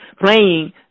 playing